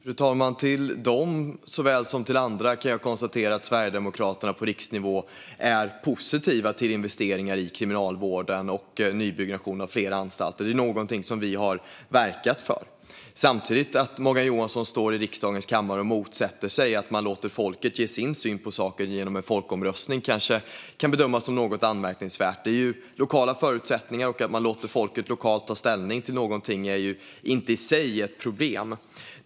Fru talman! För dem såväl som för andra kan jag konstatera att Sverigedemokraterna på riksnivå är positiva till investeringar i Kriminalvården och nybyggnation av flera anstalter. Detta är något som vi har verkat för. Att Morgan Johansson samtidigt står i riksdagens kammare och motsätter sig att man låter folket ge sin syn på saken genom en folkomröstning kan kanske bedömas vara något anmärkningsvärt. Att det är lokala förutsättningar och att man låter folket lokalt ta ställning till något är inte i sig ett problem.